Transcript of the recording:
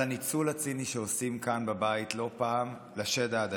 הניצול הציני שעושים כאן בבית לא פעם לשד העדתי.